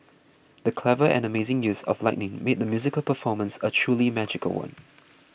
the clever and amazing use of lighting made the musical performance a truly magical one